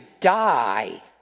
die